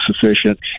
sufficient